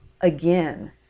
Again